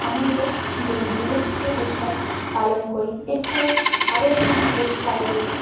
আনন্দে যোগ দিই এবং সেই উৎসব পালন করি এর ফলে আরও অন্যান্য গুড ফ্রাইডে